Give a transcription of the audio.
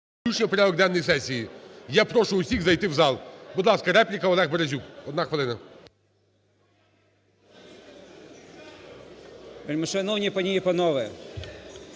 Я прошу всіх зайти в зал. Будь ласка, репліка Олег Березюк, одна хвилина.